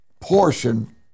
portion